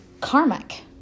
karmic